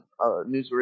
newsworthy